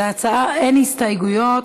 להצעה אין הסתייגויות.